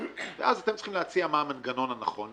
ואז אתם צריכים להציע מה המנגנון הנכון,